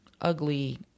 ugly